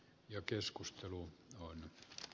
jo keskustelua voinut